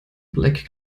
black